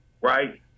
right